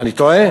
אני טועה?